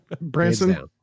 Branson